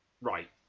right